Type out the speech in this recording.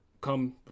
come